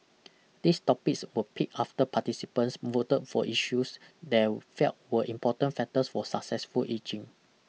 these topics were picked after participants voted for issues they'll felt were important factors for successful ageing